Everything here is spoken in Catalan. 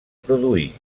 produir